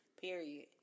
Period